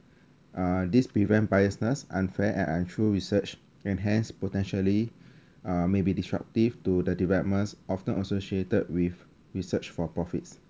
uh this prevent biasness unfair and untrue research and hence potentially uh may be disruptive to the developments of not associated with research for profit